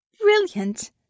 Brilliant